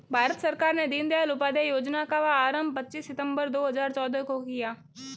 भारत सरकार ने दीनदयाल उपाध्याय योजना का आरम्भ पच्चीस सितम्बर दो हज़ार चौदह को किया